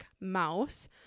mouse